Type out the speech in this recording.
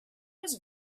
was